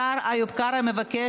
השר איוב קרא מבקש,